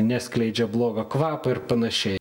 neskleidžia blogo kvapo ir panašiai